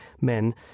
men